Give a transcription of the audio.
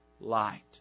light